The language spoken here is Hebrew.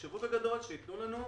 שיחשבו בגדול ויגידו לנו,